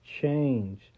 change